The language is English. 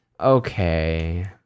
okay